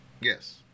Yes